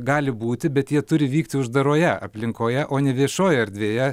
gali būti bet jie turi vykti uždaroje aplinkoje o ne viešoje erdvėje